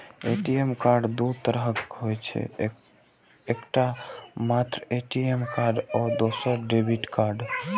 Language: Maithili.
ए.टी.एम कार्ड दू तरहक होइ छै, एकटा मात्र ए.टी.एम कार्ड आ दोसर डेबिट कार्ड